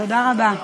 תודה רבה.